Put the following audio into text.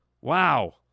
Wow